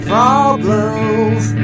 Problems